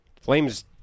Flames